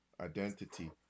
identity